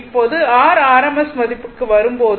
இப்போது r RMS மதிப்புக்கு வரும்போது